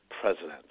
president